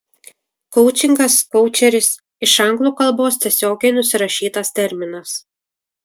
koučingas koučeris iš anglų kalbos tiesiogiai nusirašytas terminas